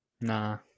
Nah